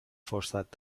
فرصت